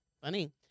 funny